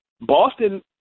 Boston